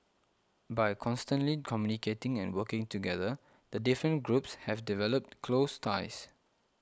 by constantly communicating and working together the different groups have developed close ties